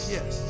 Yes